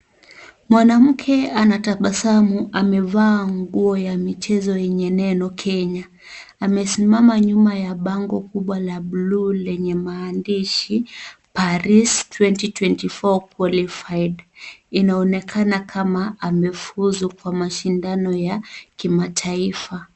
Mwanamke anatabasamu amevaa nguo ya michezo yenye neno Kenya. Amesimama nyuma ya bango kubwa la (cs)blue(cs) lenye maandishi Paris 2024 qualified. Inaonekana kama amefuzu kwa mashindano ya kimataifa.